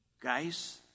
guys